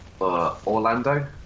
Orlando